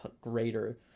greater